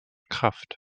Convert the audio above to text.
kraft